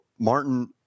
martin